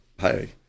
hey